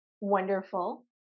wonderful